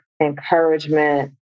encouragement